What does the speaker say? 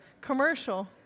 commercial